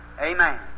Amen